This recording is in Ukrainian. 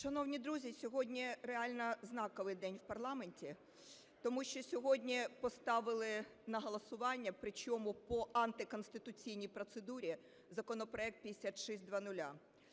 Шановні друзі, сьогодні реально знаковий день в парламенті, тому що сьогодні поставили на голосування, причому по антиконституційній процедурі, законопроект 5600.